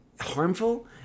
harmful